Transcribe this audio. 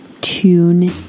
tune